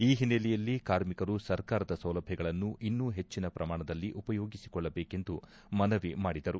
ಈ ಹಿನ್ನೆಲೆಯಲ್ಲಿ ಕಾರ್ಮಿಕರು ಸರ್ಕಾರದ ಸೌಲಭ್ಯಗಳನ್ನು ಇನ್ನೂ ಪೆಟ್ಟಿನ ಪ್ರಮಾಣದಲ್ಲಿ ಉಪಯೋಗಿಸಿಕೊಳ್ಳಬೇಕೆಂದು ಮನವಿ ಮಾಡಿದರು